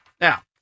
Now